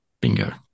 Bingo